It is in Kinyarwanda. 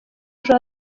ejo